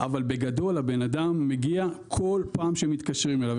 אבל בגדול הבן אדם מגיע כל פעם שמתקשרים אליו.